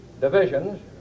divisions